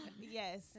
yes